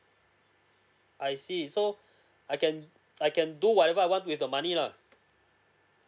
I see so I can I can do whatever I want with the money lah